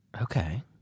Okay